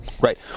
Right